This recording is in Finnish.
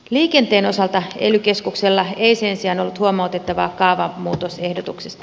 liikenteen osalta ely keskuksella ei sen sijaan ollut huomautettavaa kaavamuutosehdotuksesta